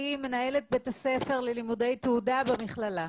היא מנהלת בית הספר ללימודי תעודה במכללה.